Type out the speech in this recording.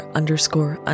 underscore